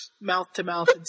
mouth-to-mouth